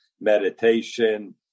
meditation